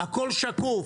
הכול שקוף.